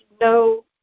no